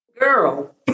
Girl